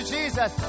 Jesus